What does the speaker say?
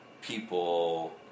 people